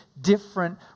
different